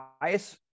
bias